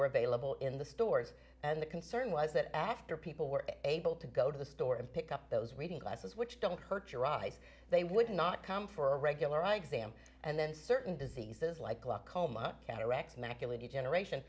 were available in the stores and the concern was that after people were able to go to the store and pick up those reading glasses which don't hurt your eyes they would not come for a regular eye exam and then certain diseases like glaucoma cataracts manipulated generation